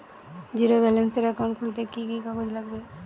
Zero ব্যালেন্সের account খুলতে কি কি কাগজ লাগবে?